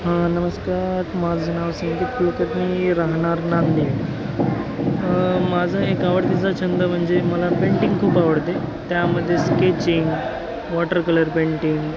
हा नमस्कार माझं नाव संकेत कुलकर्नी मी राहणार नांदेड माझा एक आवडतीचा छंद म्हणजे मला पेंटिंग खूप आवडते त्यामध्ये स्केचिंग वॉटर कलर पेंटिंग